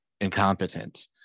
incompetent